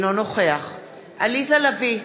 אינו נוכח עליזה לביא,